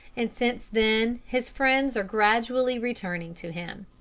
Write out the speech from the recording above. and since then his friends are gradually returning to him.